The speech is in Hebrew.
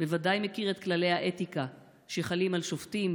בוודאי מכיר את כללי האתיקה שחלים על שופטים,